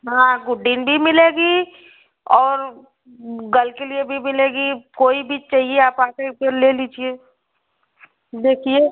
हाँ गुड्डिन भी मिलेगी और गल के लिए भी मिलेगी कोई भी चहिए आप आकर के ले लीजिए देखिए